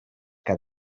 que